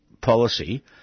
policy